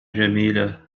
جميلة